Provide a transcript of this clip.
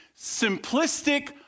simplistic